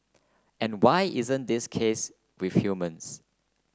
and why isn't this the case with humans